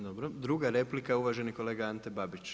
Dobro, druga replika, uvaženi kolega Ante Babić.